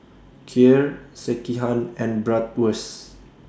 Kheer Sekihan and Bratwurst